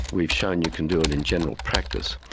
we've shown you can do it in general practice.